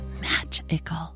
magical